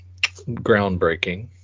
groundbreaking